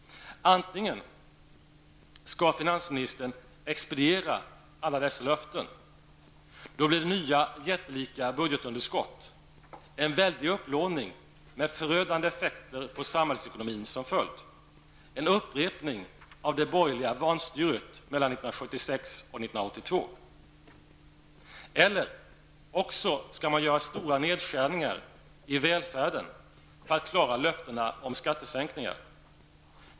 Om finansministern väljer att expediera alla dessa löften leder det till jättelika budgetunderskott och en väldig upplåning med förödande effekter på samhällsekonomin som följd. Det skulle vara en upprepning av det borgerliga vanstyret mellan 1976 och 1982. Alternativet är att göra stora nedskärningar i välfärden för att klara löftena om skattesänkningar.